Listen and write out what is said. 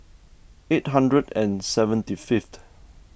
eight hundred and seventy fiith